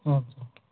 okay